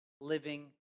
living